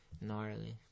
Gnarly